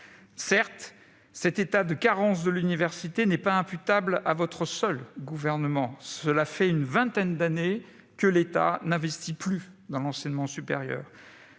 Certes, l'état de carence de l'université n'est pas imputable à votre seul gouvernement. Cela fait une vingtaine d'années que l'État n'investit plus dans l'enseignement supérieur,